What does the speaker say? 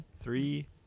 Three